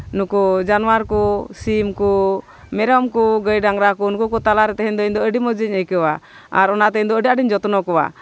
ᱱᱩᱠᱩ ᱡᱟᱱᱣᱟᱨ ᱠᱚ ᱥᱤᱢ ᱠᱚ ᱢᱮᱨᱚᱢ ᱠᱚ ᱜᱟᱹᱭ ᱰᱟᱝᱨᱟ ᱠᱚ ᱱᱩᱠᱩ ᱠᱚ ᱛᱟᱞᱟᱨᱮ ᱛᱟᱦᱮᱱ ᱫᱚ ᱤᱧᱫᱚ ᱟᱹᱰᱤ ᱢᱚᱡᱽ ᱤᱧ ᱟᱹᱭᱠᱟᱹᱣᱟ ᱟᱨ ᱚᱱᱟᱛᱮ ᱤᱧᱫᱚ ᱟᱹᱰᱤ ᱟᱸᱴ ᱤᱧ ᱡᱚᱛᱱᱚ ᱠᱚᱣᱟ